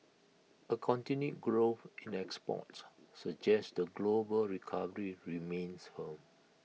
A continued growth in exports suggest the global recovery remains firm